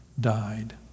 died